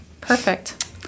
perfect